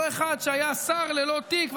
אותו אחד שהיה שר ללא תיק,